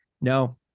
No